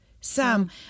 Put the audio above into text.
Sam